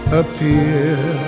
appear